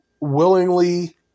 willingly